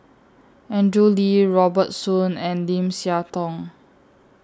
Andrew Lee Robert Soon and Lim Siah Tong